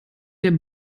der